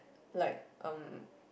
like um